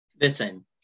Listen